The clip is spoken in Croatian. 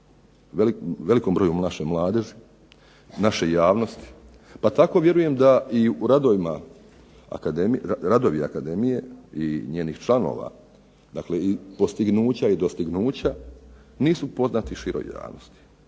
velikom broju naše mladeži, naše javnosti, pa tako vjerujem da i u radovi Akademije i njenih članova, dakle postignuća i dostignuća nisu poznati široj javnosti.